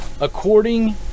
according